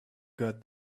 got